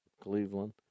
Cleveland